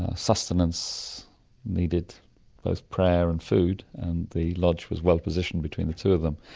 ah sustenance needed both prayer and food and the lodge was well positioned between the two of them.